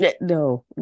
No